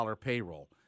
payroll